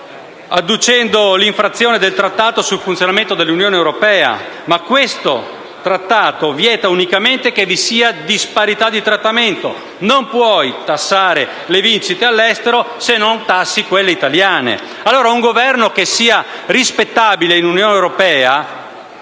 addotta l'infrazione del Trattato sul funzionamento dell'Unione Europea. Ma tale Trattato vieta unicamente che vi sia disparità di trattamento: non puoi tassare le vincite all'estero se non tassi quelle italiane. Ebbene, un Governo dell'Unione europea